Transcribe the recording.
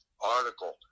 article